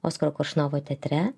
oskaro koršunovo teatre